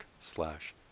slash